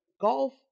golf